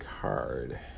card